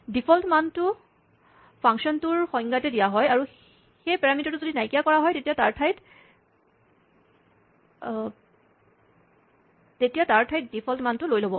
ডিফন্ট মানটো ফাংচনটোৰ সংজ্ঞাতে দিয়া হয় আৰু সেই পাৰামিটাৰটো যদি নাইকিয়া কৰা হয় তেতিয়া তাৰ ঠাইত ডিফল্ট মানটো লৈ ল'ব